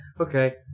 Okay